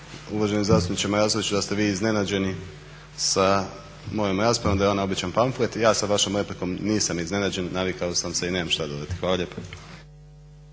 uvaženi zastupniče Marasoviću da ste vi iznenađeni sa mojom raspravom, da je ona običan pamflet i ja sa vašom replikom nisam iznenađen, navikao sam se i nemam šta dodati. Hvala lijepa.